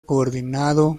coordinado